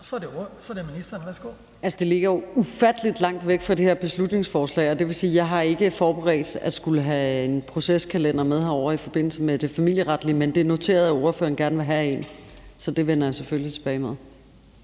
Altså, det ligger jo ufattelig langt væk fra det her beslutningsforslag, og det vil sige, at jeg ikke har forberedt at skulle have en proceskalender med herover i forbindelse med det familieretlige, men det er noteret, at ordføreren gerne vil have en. Så det vender jeg selvfølgelig tilbage med.